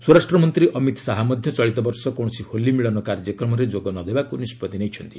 ସ୍ୱରାଷ୍ଟ୍ର ମନ୍ତ୍ରୀ ଅମିତ ଶାହା ମଧ୍ୟ ଚଳିତ ବର୍ଷ କୌଣସି ହୋଲି ମିଳନ କାର୍ଯ୍ୟକ୍ରମରେ ଯୋଗ ନ ଦେବାକୁ ନିଷ୍କଭି ନେଇଛନ୍ତି